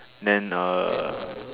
then uh